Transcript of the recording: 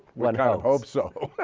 one would hope so.